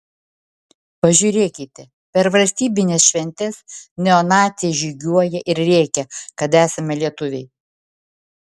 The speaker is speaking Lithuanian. pažiūrėkite per valstybines šventes neonaciai žygiuoja ir rėkia kad esame lietuviai